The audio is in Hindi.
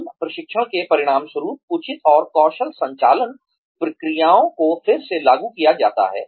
टीम प्रशिक्षण के परिणामस्वरूप उचित और कुशल संचालन प्रक्रियाओं को फिर से लागू किया जाता है